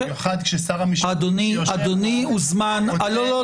במיוחד כששר המשפטים יושב --- אדוני הוזמן לא,